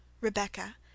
Rebecca